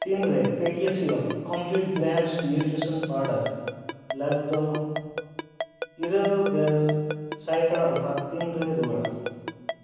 ᱛᱤᱱᱨᱮ PediaSure complete balanced nutrition powder ᱞᱟᱹᱜᱫᱚ ᱤᱨᱟᱹᱞᱜᱮᱞ ᱥᱟᱭᱠᱟᱲᱟ ᱚᱯᱷᱟᱨ ᱛᱤᱱᱱᱨᱮ ᱨᱩᱣᱟᱹᱲᱟ